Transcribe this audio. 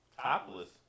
Topless